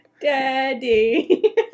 Daddy